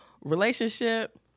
relationship